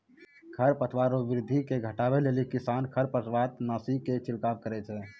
खरपतवार रो वृद्धि के घटबै लेली किसान खरपतवारनाशी के छिड़काव करै छै